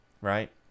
right